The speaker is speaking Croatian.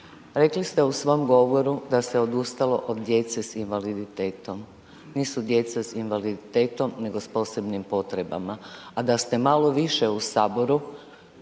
rekli ste u svom govoru da se odustalo od djece s invaliditetom. Nisu djeca s invaliditetom nego s posebnim potrebama, a da ste malo više u saboru,